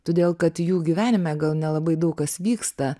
todėl kad jų gyvenime gal nelabai daug kas vyksta